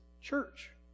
church